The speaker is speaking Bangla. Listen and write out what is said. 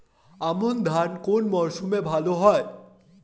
আমন ধান কোন মরশুমে ভাল হয়?